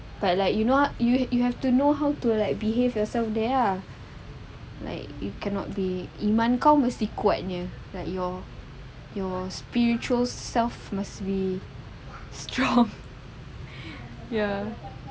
but like you know you you have to know how to like behave yourself there are like you cannot be iman kau mesti kuat punya like your your spiritual self must be strong ya